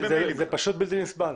פשוט בלתי נסבל.